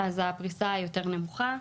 הפריסה היא יותר נמוכה,